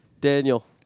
Daniel